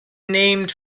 named